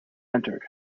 entered